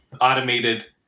automated